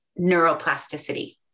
neuroplasticity